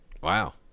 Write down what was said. Wow